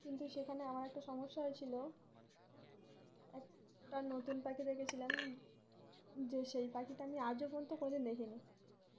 কিন্তু সেখানে আমার একটা সমস্যা হয়েছিলো একটা নতুন পাখি দেখেছিলাম যে সেই পাখিটা আমি আজও পর্যন্ত কোনদিন দেখিনি